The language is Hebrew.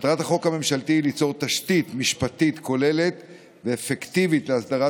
מטרת החוק הממשלתי היא ליצור תשתית משפטית כוללת ואפקטיבית להסדרת